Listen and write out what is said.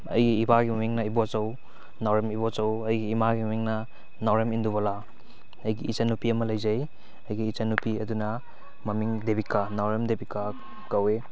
ꯑꯩꯒꯤ ꯏꯄꯥꯒꯤ ꯃꯃꯤꯡꯅ ꯏꯕꯣꯆꯧ ꯅꯥꯎꯔꯦꯝ ꯏꯕꯣꯆꯧ ꯑꯩꯒꯤ ꯏꯃꯥꯒꯤ ꯃꯃꯤꯡꯅ ꯅꯥꯎꯔꯦꯝ ꯏꯟꯗꯨꯕꯂꯥ ꯑꯩꯒꯤ ꯏꯆꯟꯅꯨꯄꯤ ꯑꯃ ꯂꯩꯖꯩ ꯑꯩꯒꯤ ꯏꯆꯟꯅꯨꯄꯤ ꯑꯗꯨꯅ ꯃꯃꯤꯡ ꯗꯦꯕꯤꯀꯥ ꯅꯥꯎꯔꯦꯝ ꯗꯦꯕꯤꯀꯥ ꯀꯧꯏ